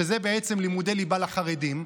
שזה בעצם לימודי ליבה לחרדים,